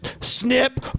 Snip